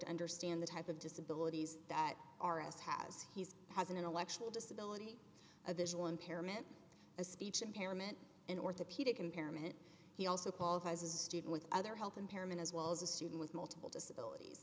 to understand the type of disability that r s has he's has an intellectual disability a visual impairment a speech impairment an orthopedic impairment he also qualifies a student with other health impairment as well as a student with multiple disabilit